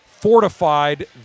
fortified